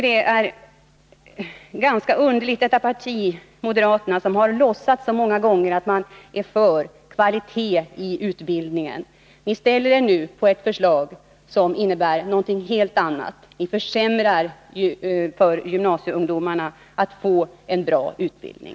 Det är underligt att moderaterna, som så många gånger har låtsat att de är för kvalitet i utbildningen, nu ställer sig bakom ett förslag som innebär någonting helt annat, dvs. att försämra för gymnasieungdomarna att få en bra utbildning.